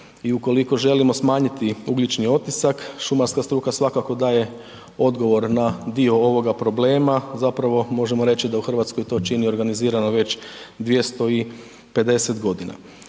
ukoliko želimo smanjiti ugljični otisak, šumarska struka svakako daje odgovor na dio ovoga problema, zapravo možemo reći da u RH to čini organizirano već 250.g.